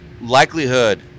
likelihood